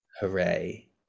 hooray